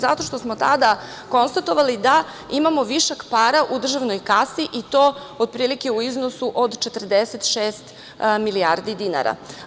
Zato što smo tada konstatovali da imamo višak para u državnoj kasi i to otprilike u iznosu od 46 milijardi dinara.